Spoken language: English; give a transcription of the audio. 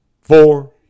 four